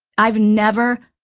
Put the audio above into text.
i've never,